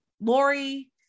Lori